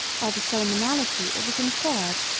by the same analogy it was inferred,